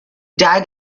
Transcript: died